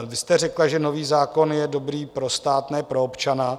Vy jste řekla, že nový zákon je dobrý pro stát, ne pro občana.